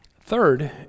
Third